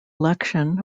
election